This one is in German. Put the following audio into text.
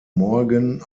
morgan